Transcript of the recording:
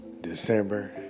December